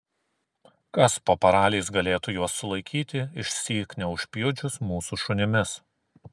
kas po paraliais galėtų juos sulaikyti išsyk neužpjudžius mūsų šunimis